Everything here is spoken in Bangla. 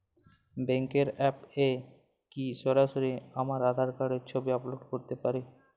ব্যাংকের অ্যাপ এ কি সরাসরি আমার আঁধার কার্ডের ছবি আপলোড করতে পারি?